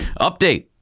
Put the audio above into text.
update